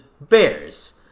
Bears